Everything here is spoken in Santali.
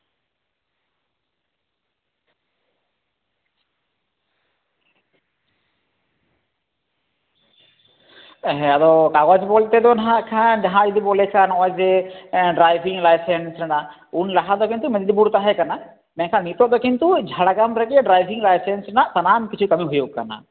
ᱦᱮᱸ ᱟᱫᱚ ᱠᱟᱜᱚᱡᱽ ᱵᱚᱞᱛᱮ ᱫᱚ ᱦᱸᱟᱜ ᱠᱷᱟᱱ ᱡᱟᱦᱟᱸᱭ ᱡᱩᱫᱤ ᱵᱚᱱ ᱞᱟᱹᱭ ᱠᱷᱟᱱ ᱱᱚᱜᱼᱚᱭ ᱡᱮ ᱰᱨᱟᱭᱵᱷᱤᱝ ᱞᱟᱭᱥᱮᱱᱥ ᱨᱮᱱᱟᱜ ᱩᱱ ᱞᱟᱦᱟ ᱫᱚ ᱠᱤᱱᱛᱩ ᱢᱮᱫᱽᱱᱤᱯᱩᱨ ᱛᱟᱦᱮᱸᱠᱟᱱᱟ ᱢᱮᱱᱠᱷᱟᱱ ᱱᱤᱛᱳᱜ ᱫᱚ ᱠᱤᱱᱛᱩ ᱡᱷᱟᱲᱜᱨᱟᱢ ᱨᱮᱜᱮ ᱰᱨᱟᱭᱵᱷᱤᱝ ᱞᱟᱭᱥᱮᱱᱥ ᱨᱮᱱᱟᱜ ᱥᱟᱱᱟᱢ ᱠᱤᱪᱷᱩ ᱠᱟᱹᱢᱤ ᱦᱩᱭᱩᱜ ᱠᱟᱱᱟ